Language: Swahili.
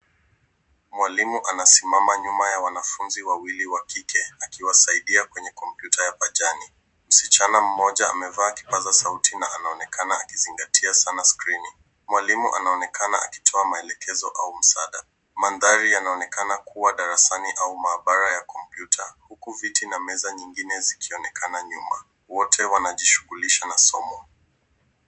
Mwalimu anasimama nyuma ya wanafunzi wawili wa kike akiwasaidia kwenye kompyuta ya pajani. Msichana mmoja amevaa kipaza sauti na anaonekana akizingatia sana skrini Mwalimu anaonekana akitoa maelekezo au msaada. Mandhari yanaonekana kuwa darasani au maabara ya kompyuta huku viti na meza zikionekana nyuma. Wote wanajishughulisha na somo.